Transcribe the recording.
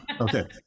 Okay